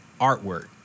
artwork